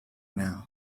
now